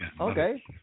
okay